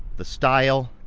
the style,